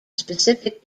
specific